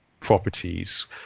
properties